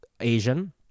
Asian